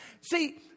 See